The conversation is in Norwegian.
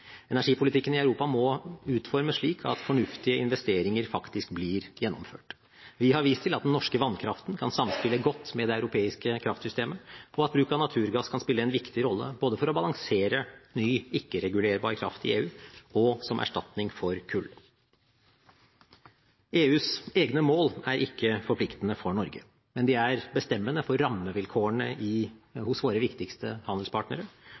Energipolitikken i Europa må utformes slik at fornuftige investeringer faktisk blir gjennomført. Vi har vist til at den norske vannkraften kan samspille godt med det europeiske kraftsystemet, og at bruk av naturgass kan spille en viktig rolle både for å balansere ny, ikke-regulerbar kraft i EU og som erstatning for kull. EUs egne mål er ikke forpliktende for Norge. Men de er bestemmende for rammevilkårene hos våre viktigste handelspartnere,